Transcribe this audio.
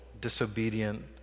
disobedient